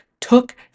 took